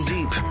Deep